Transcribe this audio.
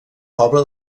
poble